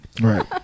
Right